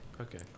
Okay